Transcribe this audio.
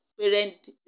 parent